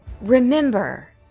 Remember